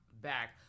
back